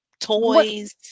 toys